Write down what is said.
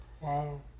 Wow